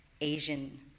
Asian